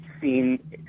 seen